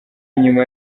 nyuma